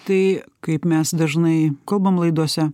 tai kaip mes dažnai kalbam laidose